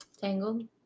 Tangled